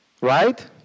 Right